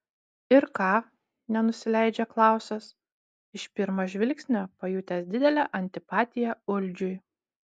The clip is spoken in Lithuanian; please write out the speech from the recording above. ir ką nenusileidžia klausas iš pirmo žvilgsnio pajutęs didelę antipatiją uldžiui